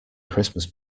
christmas